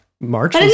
March